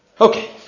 Okay